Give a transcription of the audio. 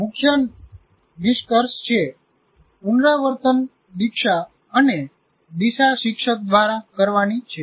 મુખ્ય નિષ્કર્ષ છે પુનરાવર્તનદીક્ષા અને દિશા શિક્ષક દ્વારા કરવાની છે